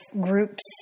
groups